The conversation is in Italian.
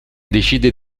decide